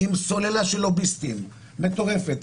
עם סוללה של לוביסטים, מטורפת.